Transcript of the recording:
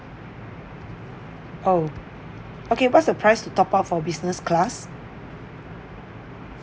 oh okay what's the price to top up for business class